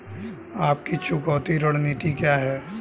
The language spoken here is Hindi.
आपकी चुकौती रणनीति क्या है?